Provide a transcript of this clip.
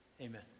amen